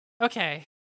Okay